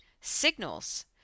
signals